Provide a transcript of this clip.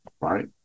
right